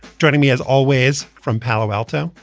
joining me, as always, from palo alto.